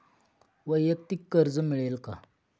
वैयक्तिक कर्ज मिळेल का?